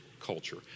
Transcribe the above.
culture